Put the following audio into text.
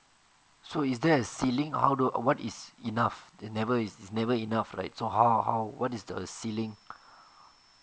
so is there a ceiling how do or what is enough they never it's never enough right so how how what is the ceiling